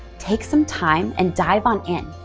take some time and dive on in.